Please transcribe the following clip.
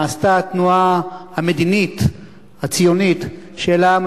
מה עשתה התנועה המדינית הציונית של העם